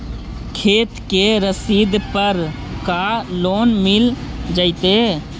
खेत के रसिद पर का लोन मिल जइतै?